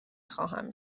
خواهم